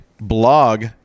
Blog